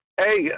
Hey